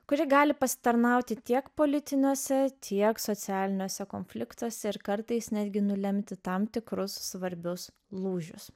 kuri gali pasitarnauti tiek politiniuose tiek socialiniuose konfliktuose ir kartais netgi nulemti tam tikrus svarbius lūžius